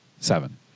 seven